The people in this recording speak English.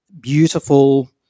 beautiful